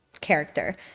character